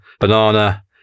banana